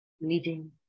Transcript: leading